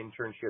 internship